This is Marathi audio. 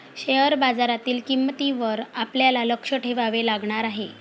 शेअर बाजारातील किंमतींवर आपल्याला लक्ष ठेवावे लागणार आहे